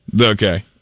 Okay